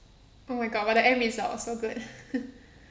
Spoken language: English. oh my god but the end result was so good